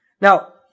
Now